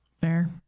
Fair